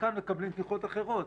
וכאן מקבלים תמיכות אחרות.